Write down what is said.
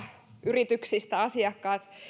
yrityksistä